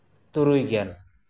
ᱛᱩᱨᱩᱭ ᱜᱮᱞ